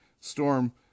Storm